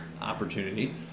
opportunity